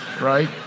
right